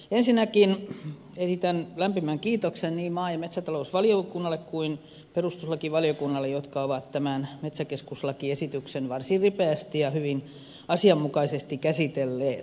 ensinnäkin esitän lämpimän kiitoksen niin maa ja metsätalousvaliokunnalle kuin perustuslakivaliokunnalle jotka ovat tämän metsäkeskuslakiesityksen varsin ripeästi ja hyvin asianmukaisesti käsitelleet